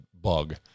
bug